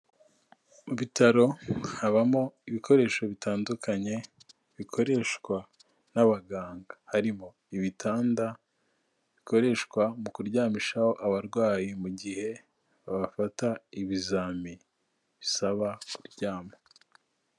Mu bitaro habamo ibikoresho bitandukanye bikoreshwa n'abaganga, harimo ibitanda, bikoreshwa mu kuryamishaho abarwayi mu gihe babafata ibizami bisaba kuryama.